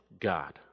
God